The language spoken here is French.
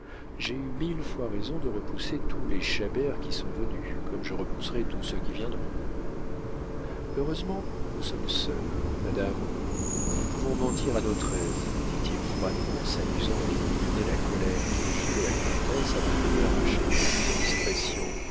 j'ai eu mille fois raison de repousser tous les chabert qui sont venus comme je repousserai tous ceux qui viendront heureusement nous sommes seuls madame nous pouvons mentir à notre aise dit-il froidement en s'amusant à aiguillonner la colère qui agitait la comtesse afin de lui arracher quelques indiscrétions